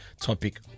topic